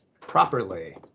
properly